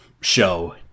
show